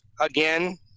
again